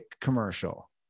commercial